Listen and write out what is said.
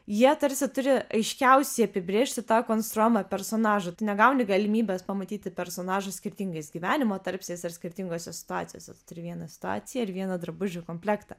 jie tarsi turi aiškiausiai apibrėžti tą konstruojamą personažą tu negauni galimybės pamatyti personažą skirtingais gyvenimo tarpsniais ir skirtingose situacijose turi vieną situaciją ir vieną drabužių komplektą